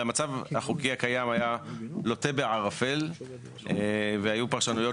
המצב החוקי הקיים היה לוט בערפל והיו פרשנויות